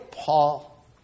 Paul